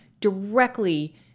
directly